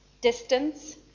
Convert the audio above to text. distance